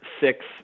six